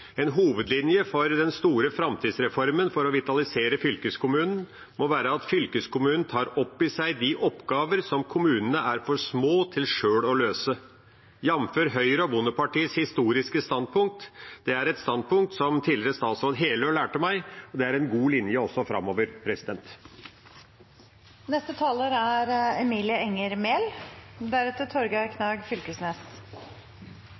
En hovedlinje for den store framtidsreformen for å vitalisere fylkeskommunen må være at fylkeskommunen tar opp i seg de oppgaver som kommunene er for små til sjøl å løse, jf. Høyre og Bondepartiets historiske standpunkt. Det er et standpunkt som tidligere statsråd Heløe lærte meg, og det er en god linje også framover.